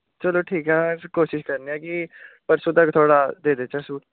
चलो ठीक ऐ अस कोशश करने आं कि परसों तक तुआढ़ा देई देच्चै सूट